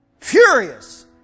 furious